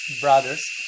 brothers